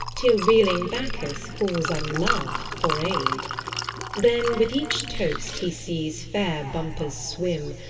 till reeling bacchus calls on love for aid then with each toast he sees fair bumpers swim,